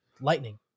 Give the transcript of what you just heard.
Lightning